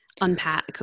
unpack